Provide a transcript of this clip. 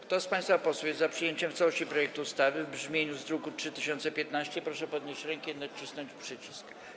Kto z państwa posłów jest za przyjęciem w całości projektu ustawy w brzmieniu z druku nr 3015, proszę podnieść rękę i nacisnąć przycisk.